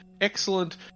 excellent